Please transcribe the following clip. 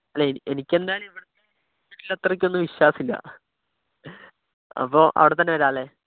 അല്ല എനിക്കെന്തായാലും ഇവിടെത്തെ ഹോസ്പിറ്റൽ അത്രയ്ക്കൊന്നും വിശ്വാസമില്ല അപ്പോൾ അവിടെ തന്നെ വരാം അല്ലേ